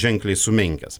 ženkliai sumenkęs